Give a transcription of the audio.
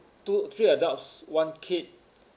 two three adults one kid